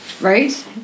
right